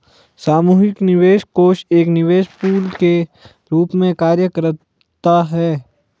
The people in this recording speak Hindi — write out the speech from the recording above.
सामूहिक निवेश कोष एक निवेश पूल के रूप में कार्य करता है